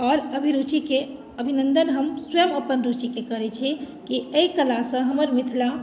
आओर अभिरुचिके अभिनन्दन हम स्वयं अपन रुचिके करैत छी कि एहि कलासँ हमर मिथिला